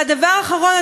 והדבר האחרון,